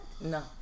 no